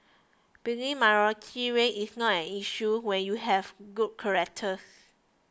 being a minority race is not an issue when you have good characters